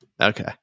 Okay